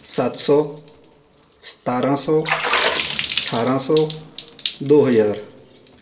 ਸੱਤ ਸੌ ਸਤਾਰ੍ਹਾਂ ਸੌ ਅਠਾਰ੍ਹਾਂ ਸੌ ਦੋ ਹਜ਼ਾਰ